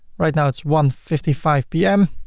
right now it's one fifty five p m.